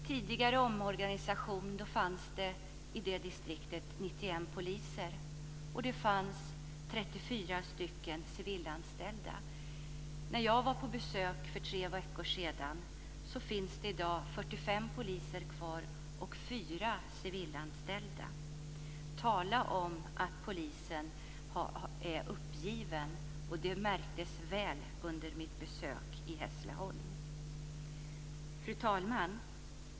Tidigare fanns det 91 poliser och 34 civilanställda i det distriktet. När jag var där var det 45 poliser och 4 civilanställda kvar. Tala om att det fanns en uppgivenhet bland poliserna! Det märktes väl under mitt besök. Fru talman!